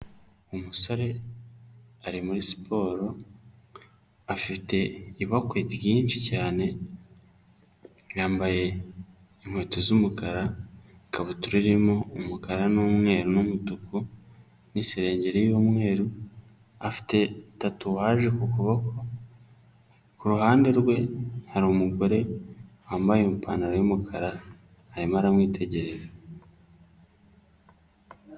Umusore ari muri siporo afite ibakwe ryinshi cyane, yambaye inkweto z'umukara, ikabutura irimo umukara n'umweru n'umutuku n'isengeri y'umweru, afite tatuwage ku kuboko, ku ruhande rwe hari umugore wambaye ipantaro y'umukara arimo aramwitegereza.